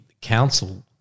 council